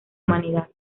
humanidad